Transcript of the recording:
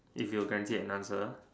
if you can't see an answer